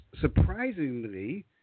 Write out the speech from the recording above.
surprisingly